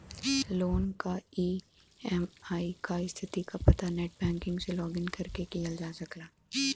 loan क EMI क स्थिति क पता नेटबैंकिंग से लॉगिन करके किहल जा सकला